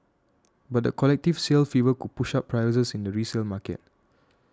but the collective sale fever could push up prices in the resale market